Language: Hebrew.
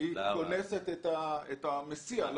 היא קונסת את המסיע.